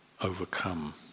overcome